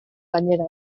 gainera